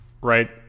right